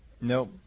Nope